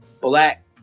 black